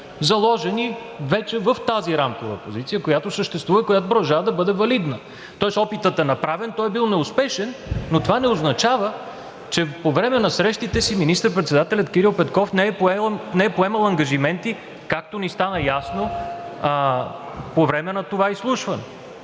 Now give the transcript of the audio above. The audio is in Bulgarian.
заложени вече в тази рамкова позиция, която съществува, която продължава да бъде валидна. Тоест опитът е направен, той е бил неуспешен, но това не означава, че по време на срещите си министър-председателят Кирил Петков не е поемал ангажименти, както ни стана ясно по време на това изслушване.